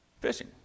fishing